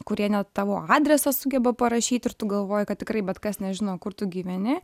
kurie net tavo adresą sugeba parašyt ir tu galvoji kad tikrai bet kas nežino kur tu gyveni